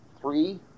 three